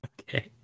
Okay